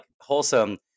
wholesome